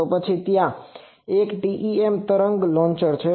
તો પછી ત્યાં એક TEM તરંગ લોન્ચર છે